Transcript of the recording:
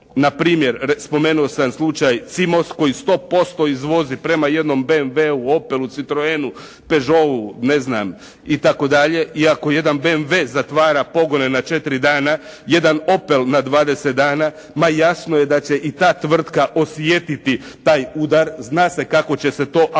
Na primjer, spomenuo sam slučaj «Cimos» koji 100% izvozi prema jednom BMW-u, Opelu, Citroenu, Peugeotu, ne znam i tako dalje. I ako jedan BMW zatvara pogone na 4 dana, jedan Opel na 20 dana ma jasno je da će i ta tvrtka osjetiti taj udar. Zna se kako će se to amortizirati